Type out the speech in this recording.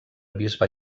bisbe